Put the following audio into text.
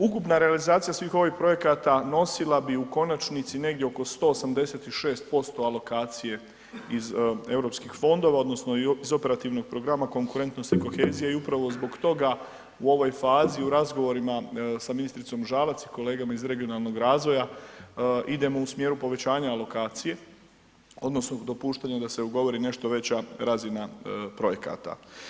Ukupna realizacija svih ovih projekata nosila bi u konačnici negdje oko 186% alokacije iz Europskih fondova odnosno iz operativnog programa konkurentnosti i kohezija i upravo zbog toga u ovoj fazi u razgovorima sa ministricom Žalac i kolegama iz regionalnog razvoja idemo u smjeru povećanja alokacije odnosno dopuštanja da se ugovori nešto veća razina projekata.